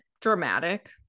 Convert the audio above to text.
dramatic